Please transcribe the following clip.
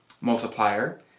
multiplier